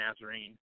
Nazarene